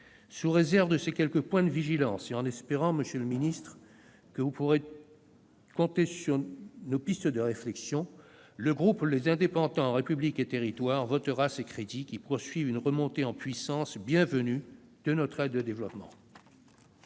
Sous réserve de ces quelques points de vigilance et en espérant, monsieur le ministre, que vous pourrez tenir compte de nos pistes de réflexion, le groupe Les Indépendants- République et Territoires votera ces crédits, qui poursuivent une remontée en puissance bienvenue de notre aide au développement.